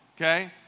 Okay